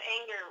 anger